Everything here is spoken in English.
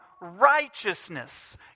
righteousness